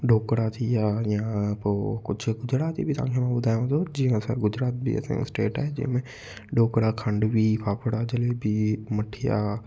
ढोकला थी विया या पोइ कुझु गुजराती बि तव्हांखे मां ॿुधायांव थो जीअं असांजो गुजरात बि असांजो स्टेट आहे जंहिंमें ढोकला खांडवी फाफड़ा जलेबी मठीया